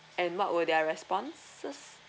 and what were their responses